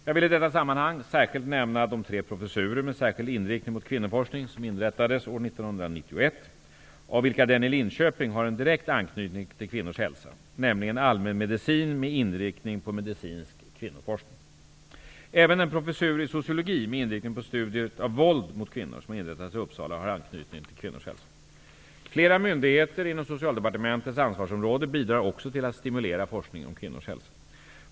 Jag vill i detta sammanhang särskilt nämna de tre professurer med särskild inriktning mot kvinnoforskning som inrättades 1991, av vilka den i Linköping har en direkt anknytning till kvinnors hälsa, nämligen allmänmedicin med inriktning på medicinsk kvinnoforskning. Även den professur i sociologi med inriktning på studiet av våld mot kvinnor, som har inrättats i Uppsala, har anknytning till kvinnors hälsa. Flera myndigheter inom Socialdepartementets ansvarsområde bidrar också till att stimulera forskningen om kvinnors hälsa.